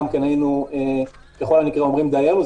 גם כן היינו בכל מקרה אומרים דיינו,